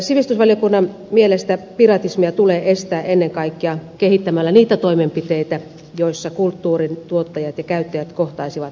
sivistysvaliokunnan mielestä piratismia tulee estää ennen kaikkea kehittämällä niitä toimenpiteitä joissa kulttuurintuottajat ja käyttäjät kohtaisivat niin sanotusti laillisin keinoin